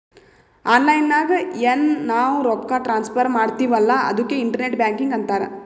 online ನಾಗ್ ಎನ್ ನಾವ್ ರೊಕ್ಕಾ ಟ್ರಾನ್ಸಫರ್ ಮಾಡ್ತಿವಿ ಅಲ್ಲಾ ಅದುಕ್ಕೆ ಇಂಟರ್ನೆಟ್ ಬ್ಯಾಂಕಿಂಗ್ ಅಂತಾರ್